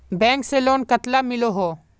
Bank से loan कतला मिलोहो?